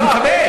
אני מקבל.